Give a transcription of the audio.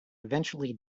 eventually